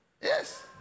Yes